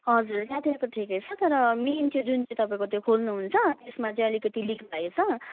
हजुर यतातिरको ठिकै छ तर मेन चाहिँ जुन चाहिँ त्यो खोल्ने हुन्छ त्यसमा चाहिँ अलिकति लिक भएछ